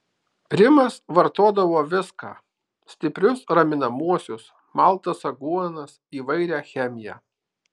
rimas vartodavo viską stiprius raminamuosius maltas aguonas įvairią chemiją